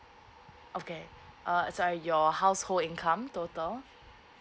okay err sorry your household income total